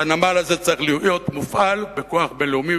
והנמל הזה צריך להיות מופעל בכוח בין-לאומי,